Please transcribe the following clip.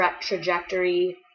trajectory